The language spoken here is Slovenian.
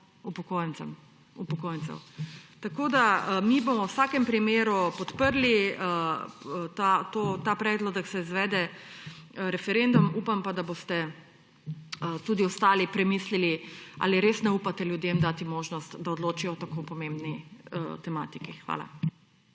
upokojencev. Tako da, mi bomo v vsakem primeru podprli ta predlog, da se izvede referendum, upam pa, da boste tudi ostali premislili, ali res ne upate ljudem dati možnost, da odločijo o tako pomembni tematiki. Hvala.